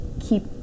keep